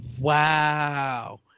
wow